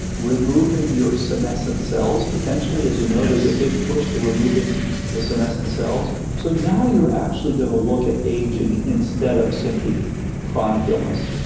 removing your senescent cells potentially. as you know there's a big push to removing the senescent cells. so now you're actually gonna look at aging instead of simply chronic illness